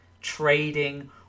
trading